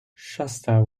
shasta